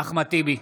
אחמד טיבי,